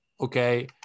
okay